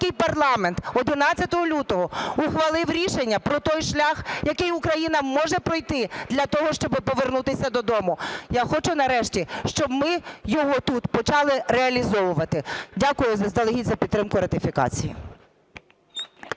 парламент 11 лютого ухвалив рішення про той шлях, який Україна може пройти для того, щоби повернутися додому. Я хочу нарешті щоб ми його тут почали реалізовувати. Дякую заздалегідь за підтримку ратифікації.